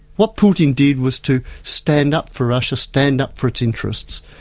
what putin did was to stand up for russia, stand up for its interests,